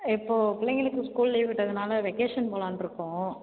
இப்போது பிள்ளைங்களுக்கு school leave விட்டதனால் வெக்கேஷன் போகலான்ருக்கோம்